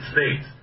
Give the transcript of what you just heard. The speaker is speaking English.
States